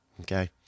okay